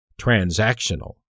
Transactional